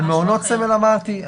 על מעונות סמל אמרתי,